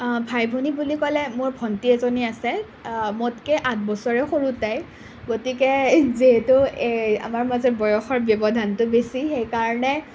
ভাই ভনী বুলি ক'লে মোৰ ভণ্টি এজনী আছে মোতকৈ আঠ বছৰে সৰু তাই গতিকে যিহেতু এ আমাৰ মাজত বয়সৰ ব্যৱধানটো বেছি সেইকাৰণে